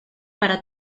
para